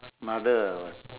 mother